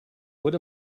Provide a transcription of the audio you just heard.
what